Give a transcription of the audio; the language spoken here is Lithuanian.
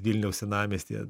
vilniaus senamiestyje